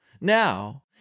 Now